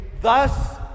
Thus